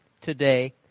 today